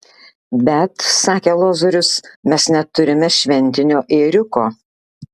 bet sakė lozorius mes neturime šventinio ėriuko